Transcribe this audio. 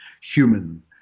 human